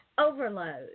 overload